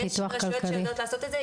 יש רשויות שיודעות לעשות את זה,